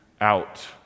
out